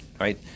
right